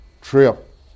trip